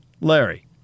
Larry